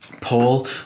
Paul